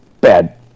bad